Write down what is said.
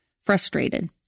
frustrated